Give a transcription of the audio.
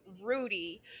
Rudy